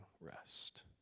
rest